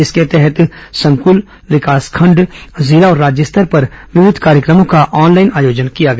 इसके तहत संकल विकासखंड जिला और राज्य स्तर पर विविध कार्यक्रमों का ऑनलाइन आयोजन किया गया